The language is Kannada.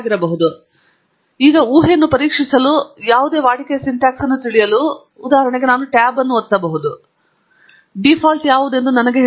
ಆದ್ದರಿಂದ ನಾವು ಈಗ ಊಹೆಯನ್ನು ಪರೀಕ್ಷಿಸಲು ಮತ್ತು ಯಾವುದೇ ವಾಡಿಕೆಯ ಸಿಂಟ್ಯಾಕ್ಸ್ ಅನ್ನು ತಿಳಿಯಲು ಉದಾಹರಣೆಗೆ ನಾನು ಟ್ಯಾಬ್ ಅನ್ನು ಒತ್ತುವಬಹುದು ಮತ್ತು ಡೀಫಾಲ್ಟ್ ಯಾವುದು ಎಂದು ನನಗೆ ಹೇಳುತ್ತದೆ